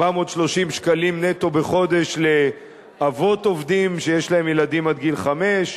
430 שקל נטו בחודש לאבות עובדים שיש להם ילדים עד גיל חמש,